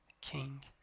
king